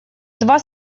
два